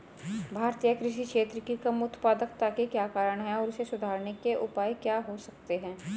भारतीय कृषि क्षेत्र की कम उत्पादकता के क्या कारण हैं और इसे सुधारने के उपाय क्या हो सकते हैं?